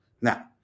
Now